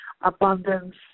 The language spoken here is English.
abundance